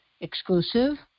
exclusive